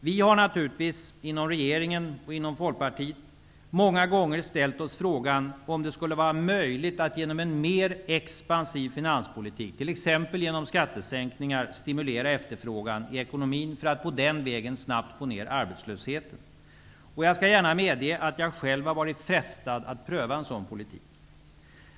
Vi inom regeringen och inom Folkpartiet har naturligtvis många gånger ställt oss frågan om det skulle vara möjligt att genom en mer expansiv finanspolitik -- t.ex. genom skattesänkningar -- stimulera efterfrågan i ekonomin för att den vägen snabbt få ner arbetslösheten. Jag skall gärna medge att jag själv har varit frestad att pröva en sådan politik.